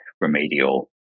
remedial